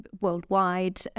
worldwide